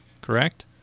correct